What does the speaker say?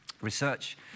research